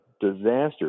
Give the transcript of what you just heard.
disaster